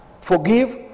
forgive